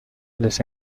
les